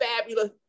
fabulous